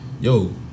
Yo